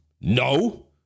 No